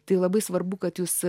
tai labai svarbu kad jūs